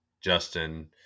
Justin